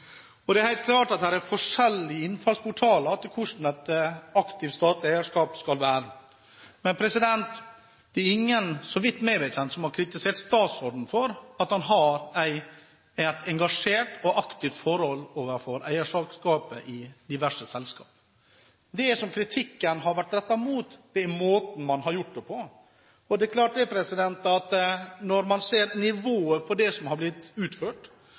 hvordan et aktivt, statlig eierskap skal være, men meg bekjent er det ingen som har kritisert statsråden for at han har et engasjert og aktivt forhold til eierskapet i diverse selskaper. Det kritikken har vært rettet mot, er måten man har gjort det på. Det er klart at når man ser nivået på det som har blitt utført,